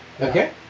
Okay